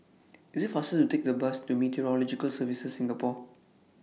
IT IS faster to Take The Bus to Meteorological Services Singapore